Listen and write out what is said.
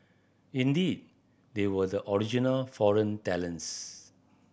indeed they were the original foreign talents